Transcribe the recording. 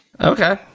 Okay